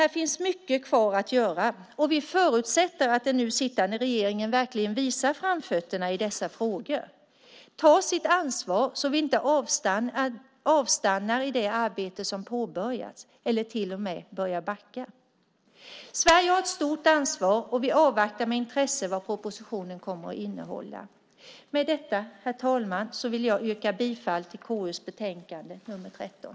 Här finns mycket kvar att göra, och vi förutsätter att den nu sittande regeringen verkligen visar framfötterna i dessa frågor och tar sitt ansvar, så att vi inte avstannar i det arbete som påbörjats eller till och med börjar backa. Sverige har ett stort ansvar, och vi avvaktar med intresse vad propositionen kommer att innehålla. Herr talman! Jag yrkar bifall till förslaget i konstitutionsutskottets betänkande nr 13.